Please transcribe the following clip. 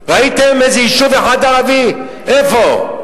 ראיתם איזה יישוב אחד ערבי, איפה?